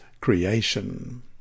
creation